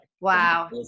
Wow